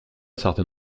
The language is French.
certain